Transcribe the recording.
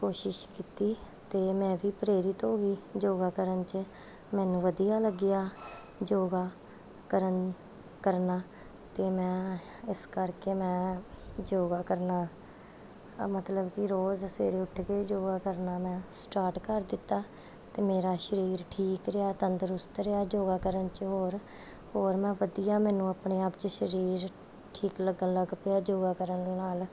ਕੋਸ਼ਿਸ਼ ਕੀਤੀ ਅਤੇ ਮੈਂ ਵੀ ਪ੍ਰੇਰਿਤ ਹੋ ਗਈ ਯੋਗਾ ਕਰਨ 'ਚ ਮੈਨੂੰ ਵਧੀਆ ਲੱਗਿਆ ਯੋਗਾ ਕਰਨਾ ਕਰਨਾ ਅਤੇ ਮੈਂ ਇਸ ਕਰਕੇ ਮੈਂ ਯੋਗਾ ਕਰਨਾ ਮਤਲਬ ਕਿ ਰੋਜ਼ ਸਵੇਰੇ ਉੱਠ ਕੇ ਯੋਗਾ ਕਰਨਾ ਮੈਂ ਸਟਾਰਟ ਕਰ ਦਿੱਤਾ ਅਤੇ ਮੇਰਾ ਸਰੀਰ ਠੀਕ ਰਿਹਾ ਤੰਦਰੁਸਤ ਰਿਹਾ ਯੋਗਾ ਕਰਨ 'ਚ ਹੋਰ ਹੋਰ ਮੈਂ ਵਧੀਆ ਮੈਨੂੰ ਆਪਣੇ ਆਪ 'ਚ ਸਰੀਰ ਠੀਕ ਲੱਗਣ ਲੱਗ ਪਿਆ ਯੋਗਾ ਕਰਨ ਦੇ ਨਾਲ